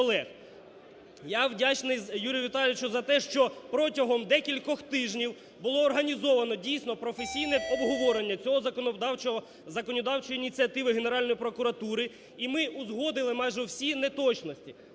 Я вдячний Юрію Віталійовичу за те, що протягом декількох тижнів було організовано, дійсно, професійно обговорення цього законодавчого, законодавчої ініціативи Генеральної прокуратури і ми узгодили майже всі неточності.